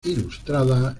ilustrada